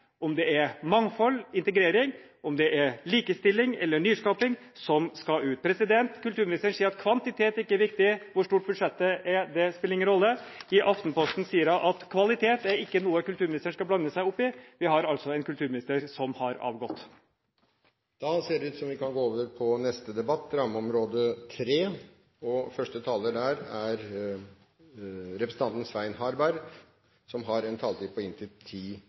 om det er de for barn og unge, de for mangfold, de for integrering, de for likestilling eller de for nyskaping – som skal ut. Kulturministeren sier at kvantitet ikke er viktig – hvor stort budsjettet er, spiller ingen rolle. I Aftenposten sier hun at kvalitet ikke er noe kulturministeren skal blande seg opp i. Vi har altså en kulturminister som har gått av. Vi går til neste debatt, til rammeområde 2. Jeg var en stund glad da jeg så at det kom opp 10 minutters taletid